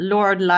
Lord